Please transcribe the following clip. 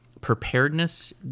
preparedness